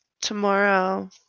tomorrow